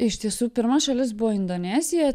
iš tiesų pirma šalis buvo indonezija